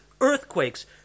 earthquakes